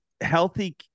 healthy